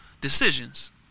decisions